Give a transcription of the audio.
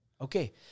Okay